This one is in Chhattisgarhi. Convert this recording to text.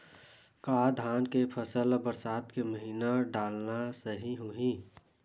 का धान के फसल ल बरसात के महिना डालना सही होही?